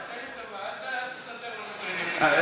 עשה לי טובה, אל תסדר לנו את העניינים.